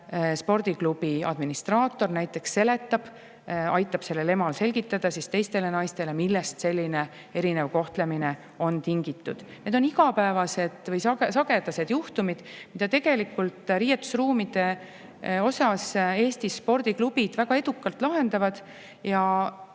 spordiklubi administraator näiteks seletab, aitab sellel emal selgitada teistele naistele, millest selline erinev kohtlemine on tingitud. Need on igapäevased, sagedased juhtumid, mida tegelikult riietusruumide puhul Eesti spordiklubid väga edukalt lahendavad, ja